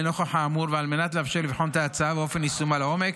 לנוכח האמור ועל מנת לאפשר לבחון את ההצעה ואופן יישומה לעומק,